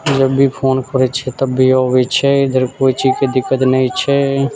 जब भी फोन करै छियै तब भी तब भी अबै छै इधर कोइ चीजके दिक्कत नहि छै